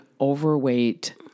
overweight